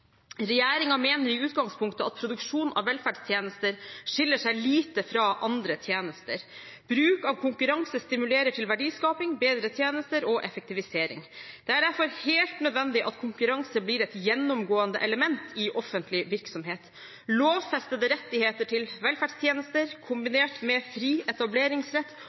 mener i utgangspunktet at produksjon av velferdstjenester skiller seg lite fra andre tjenester. Bruk av konkurranse stimulerer til verdiskaping, bedre tjenester og effektivisering. Det er derfor helt nødvendig at konkurranse blir et gjennomgående element i offentlig virksomhet. Lovfestede rettigheter til velferdstjenester, kombinert med fri etableringsrett